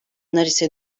ise